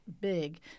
big